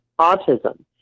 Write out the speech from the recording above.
autism